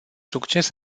succes